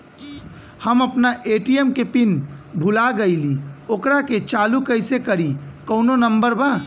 हम अपना ए.टी.एम के पिन भूला गईली ओकरा के चालू कइसे करी कौनो नंबर बा?